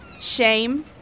Shame